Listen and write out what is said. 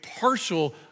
partial